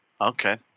Okay